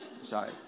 Sorry